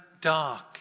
dark